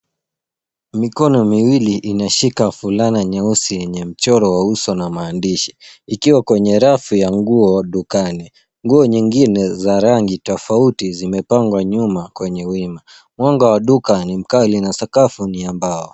Mikono miwili inashika fulana nyeusi yenye mchoro wa uso na maandishi, ikiwa kwenye rafu ya nguo dukani. Nguo nyingine za rangi tofauti zimepangwa nyuma kwenye wima. Mwanga wa duka ni mkali na sakafu ni ya mbao.